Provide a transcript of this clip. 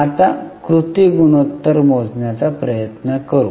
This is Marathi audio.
आता कृती गुणोत्तर मोजण्याचा प्रयत्न करू